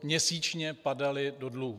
Měsíčně padaly do dluhů.